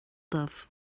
dubh